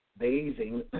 bathing